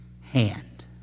hand